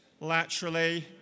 laterally